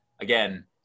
again